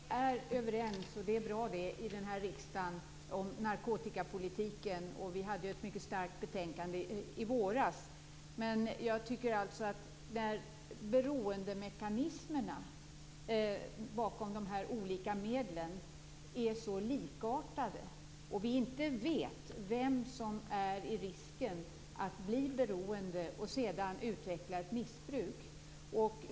Herr talman! Vi är överens om narkotikapolitiken i denna riksdag, och det är bra. Vi behandlade ett mycket starkt betänkande i våras. Beroendemekanismerna bakom dessa olika medel är så likartade, och vi vet inte vem som löper risk att bli beroende och sedan utveckla ett missbruk.